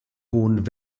hohen